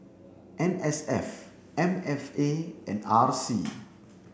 N S F M F A and R C